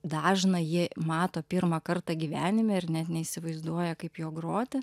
dažną ji mato pirmą kartą gyvenime ir net neįsivaizduoja kaip juo groti